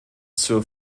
zur